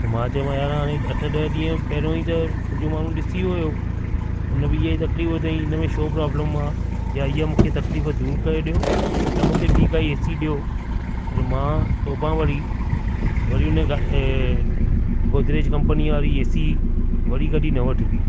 त मां चयोमांसि यार हाणे अठ ॾह ॾींह पहिरियों ई त तुंहिंजो माण्हू ॾिसी वियो हुयो हुन बि इहा ई तफलीफ़ ॿुधाईं हिन में छो प्रोब्लम आहे या हीअ मूंखे तफलीफ़ दूरि करे ॾियो या मूंखे ॿी काई ए सी ॾियो पर मां तौबा भरी वरी हुन गोर्देज कंपनीअ वारी ए सी वरी कॾी न वठबी